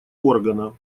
органа